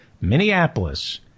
Minneapolis